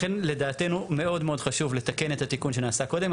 לכן לדעתנו מאוד מאוד חשוב לתקן את התיקון שנעשה קודם.